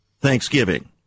Thanksgiving